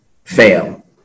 fail